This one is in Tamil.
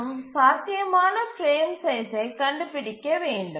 மற்றும் சாத்தியமான பிரேம் சைஸ்சை கண்டுபிடிக்க வேண்டும்